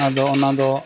ᱟᱫᱚ ᱚᱱᱟ ᱫᱚ